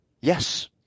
Yes